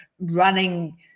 running